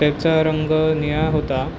त्याचा रंग निळा होता